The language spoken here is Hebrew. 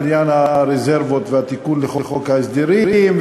עניין הרזרבות והתיקון לחוק ההסדרים,